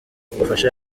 ubufasha